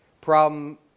problem